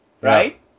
right